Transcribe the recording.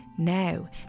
Now